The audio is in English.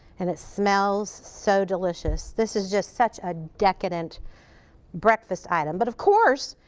and it smells so delicious. this is just such a decadent breakfast item. but of course,